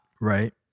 Right